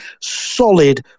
solid